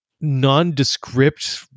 nondescript